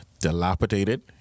dilapidated